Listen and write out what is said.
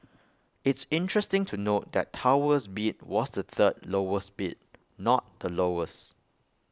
it's interesting to note that Tower's bid was the third lowest bid not the lowest